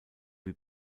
wie